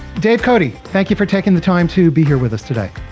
dave cote, thank you for taking the time to be here with us today.